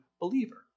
believer